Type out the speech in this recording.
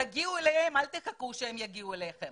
תגיעו אליהם ואל תחכו שהם יגיעו אליכם